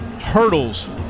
hurdles